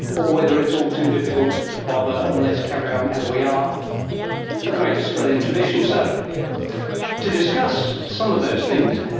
or whether it's all too difficult to bother and let's carry on as we are a great australian tradition. so to discuss some of those things,